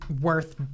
worth